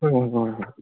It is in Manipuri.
ꯍꯣꯏ ꯍꯣꯏ ꯑꯥ